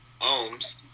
Ohms